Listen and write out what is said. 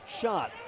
shot